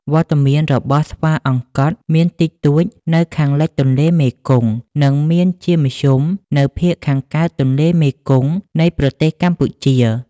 វត្តមានរបស់ស្វាអង្កត់មានតិចតួចនៅខាងលិចទន្លេមេគង្គ និងមានជាមធ្យមនៅភាគខាងកើតទន្លេមេគង្គនៃប្រទេសកម្ពុជា។